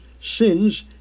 sins